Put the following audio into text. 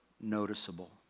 noticeable